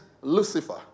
Lucifer